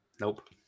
Nope